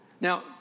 Now